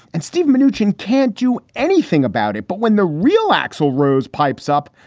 and steve manoogian can't do anything about it. but when the real axl rose pipes up.